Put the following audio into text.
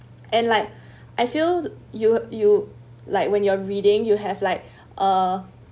and like I feel you you like when you're reading you have like uh